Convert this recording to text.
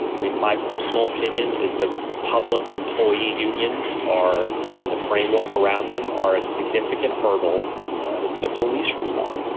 i mean, my personal opinion is the public employee unions are and the framework around them are a significant hurdle to police reform.